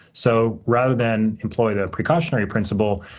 so, rather than employ the precautionary principle,